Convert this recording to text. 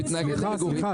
סליחה, סליחה.